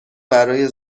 برای